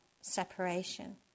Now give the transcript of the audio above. separation